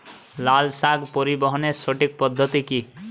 লালশাক পরিবহনের সঠিক পদ্ধতি কি?